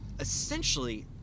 Essentially